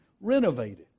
renovated